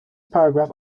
paragraph